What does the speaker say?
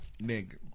Nigga